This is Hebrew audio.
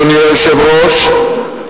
אדוני היושב-ראש,